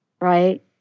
right